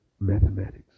Mathematics